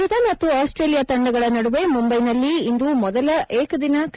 ಭಾರತ ಮತ್ತು ಆಸ್ಟ್ರೇಲಿಯಾ ತಂಡಗಳ ನಡುವೆ ಮುಂಬೈನಲ್ಲಿ ಇಂದು ಮೊದಲ ಏಕದಿನ ಹಿ